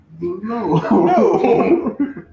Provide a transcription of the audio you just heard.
No